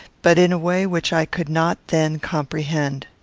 but in a way which i could not then comprehend.